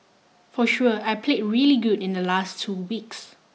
for sure I played really good in the last two weeks